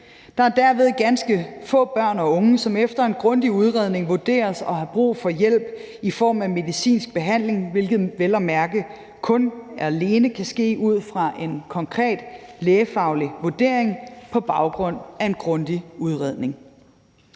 Der er derved ganske få børn og unge, som efter en grundig udredning vurderes at have brug for hjælp i form af medicinsk behandling, hvilket vel at mærke alene kan ske ud fra en konkret lægefaglig vurdering på baggrund af en grundig udredning.